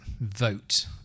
vote